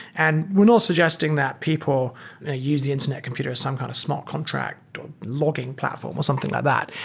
and we're not suggesting that people and use the internet computer as some kind of small contract or logging platform or something like that.